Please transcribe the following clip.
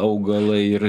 augalai ir